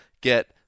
get